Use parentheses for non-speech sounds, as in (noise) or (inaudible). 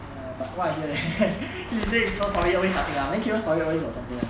err but what I hear (laughs) then she says jun han always nothing [one] then kevan stories always got something [one]